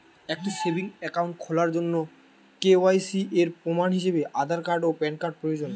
একটি savings account খোলার জন্য কে.ওয়াই.সি এর প্রমাণ হিসাবে আধার ও প্যান কার্ড প্রয়োজন